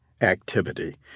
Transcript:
activity